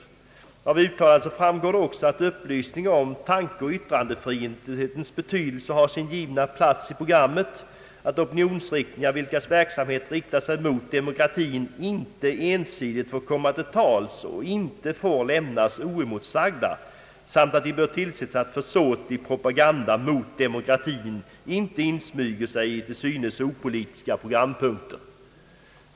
Av radiochefens uttalande framgår också att upplysning om tankeoch yttrandefriheten har sin givna plats i programmet, att opinionsyttringar som riktar sig mot demokratin inte ensidigt får komma till tals och inte får lämnas oemotsagda samt att det bör tillses att försåtlig propaganda mot demokratin inte insmyger sig i till synes opolitiska programpunkter.